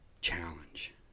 challenge